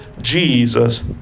Jesus